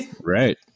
Right